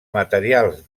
materials